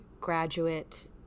graduate